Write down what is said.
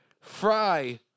Fry